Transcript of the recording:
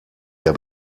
der